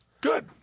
Good